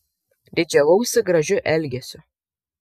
didžiavausi gražiu elgesiu